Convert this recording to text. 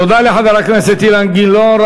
תודה לחבר הכנסת אילן גילאון.